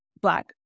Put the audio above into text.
Black